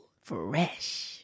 Fresh